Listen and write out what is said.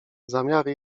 zamiary